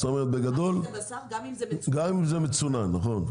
זאת אומרת בגדול גם אם זה מצונן נכון,